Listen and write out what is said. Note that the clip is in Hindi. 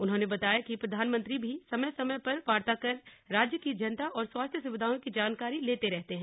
उन्होने बताया कि प्रधानमंत्री भी समय समय पर वार्ता कर राज्य की जनता और स्वास्थ्य सुविधाओं की जानकारी लेते रहते हैं